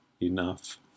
enough